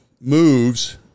moves